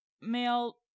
male